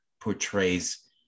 portrays